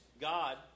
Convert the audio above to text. God